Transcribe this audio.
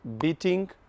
beating